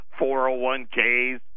401Ks